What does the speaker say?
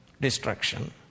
destruction